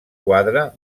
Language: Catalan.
quadre